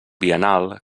biennal